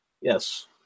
Yes